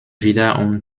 wiederum